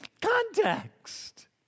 context